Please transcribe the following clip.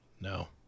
No